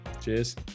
Cheers